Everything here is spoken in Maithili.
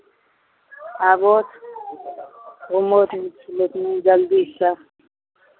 आबथु घूमथु लेकिन जल्दीसँ